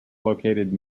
located